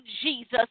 Jesus